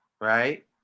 Right